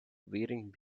wearing